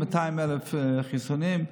200,000 חיסונים,